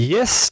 Yes